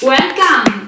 Welcome